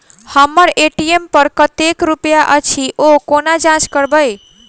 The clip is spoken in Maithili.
हम्मर ए.टी.एम पर कतेक रुपया अछि, ओ कोना जाँच करबै?